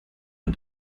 man